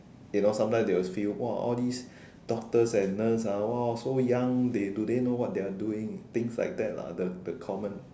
you know sometime they will feel !wah! all these doctors and nurse ah so young they do they know what they're doing things like that lah the the common